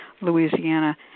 Louisiana